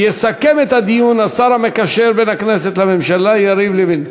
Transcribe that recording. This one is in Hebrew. יסכם את הדיון השר המקשר בין הכנסת לממשלה יריב לוין.